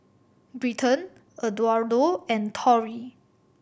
Britton Eduardo and Tori